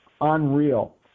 unreal